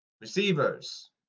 Receivers